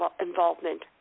involvement